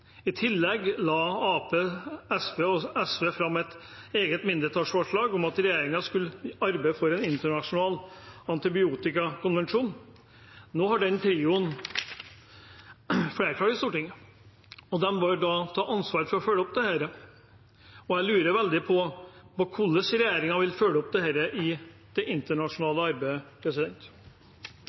I tillegg la Arbeiderpartiet, Senterpartiet og Sosialistisk Venstreparti fram et eget mindretallsforslag om at regjeringen skulle arbeide for en internasjonal antibiotikakonvensjon. Nå har den trioen flertall i Stortinget, og de bør da ta ansvar for følge opp dette. Jeg lurer veldig på hvordan regjeringen vil følge opp dette i det internasjonale arbeidet.